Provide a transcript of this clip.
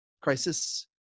crisis